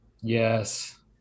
Yes